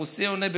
הרוסי עונה,